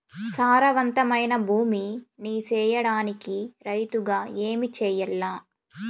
సారవంతమైన భూమి నీ సేయడానికి రైతుగా ఏమి చెయల్ల?